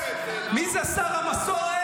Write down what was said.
שר.